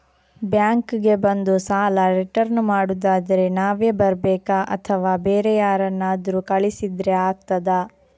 Bank ಗೆ ಬಂದು ಸಾಲ ರಿಟರ್ನ್ ಮಾಡುದಾದ್ರೆ ನಾವೇ ಬರ್ಬೇಕಾ ಅಥವಾ ಬೇರೆ ಯಾರನ್ನಾದ್ರೂ ಕಳಿಸಿದ್ರೆ ಆಗ್ತದಾ?